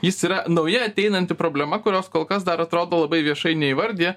jis yra nauja ateinanti problema kurios kol kas dar atrodo labai viešai neįvardija